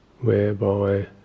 Whereby